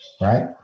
Right